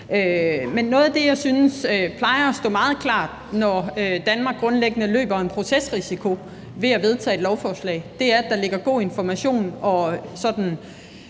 noget af det, jeg synes plejer at stå meget klart, når Danmark grundlæggende løber en procesrisiko ved at vedtage et lovforslag, er, at der ligger god og sådan